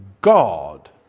God